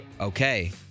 Okay